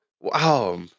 wow